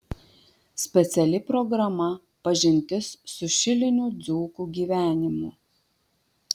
speciali programa pažintis su šilinių dzūkų gyvenimu